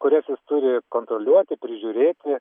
kurias jis turi kontroliuoti prižiūrėti